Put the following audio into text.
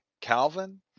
Calvin